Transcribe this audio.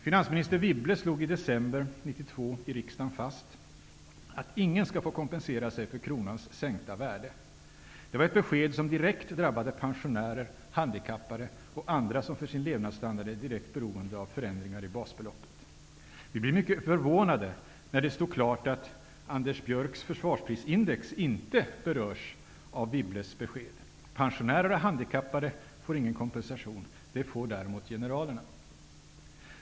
Finansminister Wibble slog i december 1992 i riksdagen fast att ingen skall få kompensera sig för kronans sänkta värde. Det var ett besked som direkt drabbade pensionärer, handikappade och andra som för sin levnadsstandard är direkt beroende av förändringar i basbeloppet. Vi blev mycket förvånade när det stod klart att Anders Björcks försvarsprisindex inte berörs av Wibbles besked. Pensionärer och handikappade får ingen kompensation. Det får däremot generalerna.